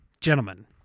gentlemen